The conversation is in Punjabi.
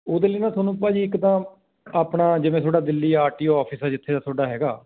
ਉਹਦੇ ਲਈ ਨਾ ਤੁਹਾਨੂੰ ਭਾਅ ਜੀ ਇੱਕ ਤਾਂ ਆਪਣਾ ਜਿਵੇਂ ਤੁਹਾਡਾ Delhi R T O office ਆ ਜਿੱਥੇ ਤੁਹਾਡਾ ਹੈਗਾ